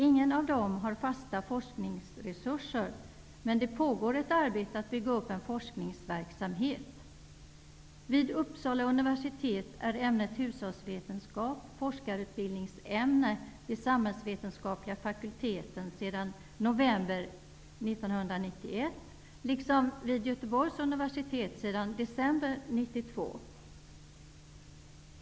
Ingen av dem har fasta forskningsresurser, men det pågår ett arbete för att bygga upp en forskningsverksamhet. Vid Uppsala universitet är ämnet hushållsvetenskap forskarutbildningsämne vid den samhällsvetenskapliga fakulteten sedan november 1991, liksom vid Göteborgs universitet sedan december 1992.